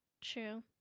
True